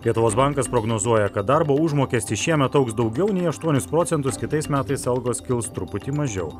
lietuvos bankas prognozuoja kad darbo užmokestis šiemet augs daugiau nei aštuonis procentus kitais metais algos kils truputį mažiau